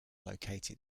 located